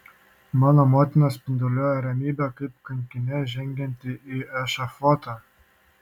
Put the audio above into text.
mano motina spinduliuoja ramybe kaip kankinė žengianti į ešafotą